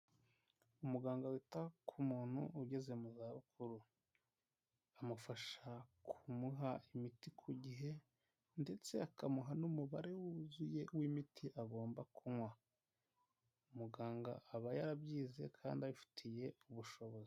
Umuganga wita ku muntu ugeze mu zabukuru, amufasha kumuha imiti ku gihe ndetse akamuha n'umubare wuzuye w'imiti agomba kunywa, muganga aba yarabyize kandi abifitiye ubushobozi.